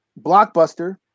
blockbuster